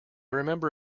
remember